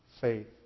faith